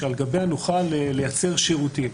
שעל גביה נוכל לייצר שירותים.